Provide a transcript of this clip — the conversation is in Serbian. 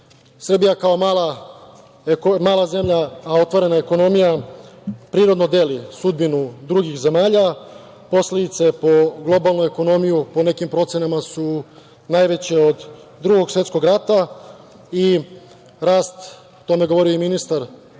godinu. Srbija kao mala zemlja, a otvorena ekonomija, prirodno deli sudbinu drugih zemalja. Posledice po globalnu ekonomiju po nekim procenama su najveće od Drugog svetskog rata i rast, o tome je govorio i ministar